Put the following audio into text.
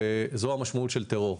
וזו המשמעות של טרור,